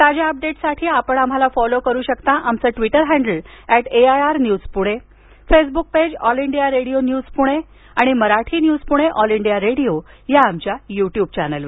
ताज्या अपडेट्ससाठी आपण आम्हाला फॉलो करु शकता आमचं Twitter handle at AIR News Pune Facebook page All India Radio News Pune आणि Marathi news Pune All India Radio या आमच्या युट्युब चॅनेलवर